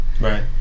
Right